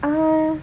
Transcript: err